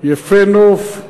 "יפה נוף,